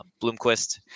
Bloomquist